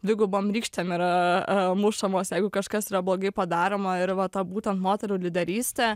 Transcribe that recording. dvigubom rykštėm yra mušamos jeigu kažkas yra blogai padaroma ir va ta būtent moterų lyderystė